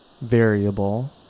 variable